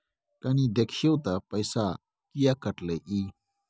कनी देखियौ त पैसा किये कटले इ?